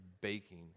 baking